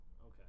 Okay